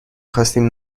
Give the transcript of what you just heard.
خواستیم